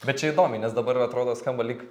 bet čia įdomiai nes dabar atrodo skamba lyg